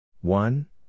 One